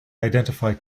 identify